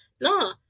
No